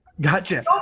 gotcha